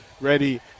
ready